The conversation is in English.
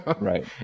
Right